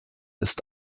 ist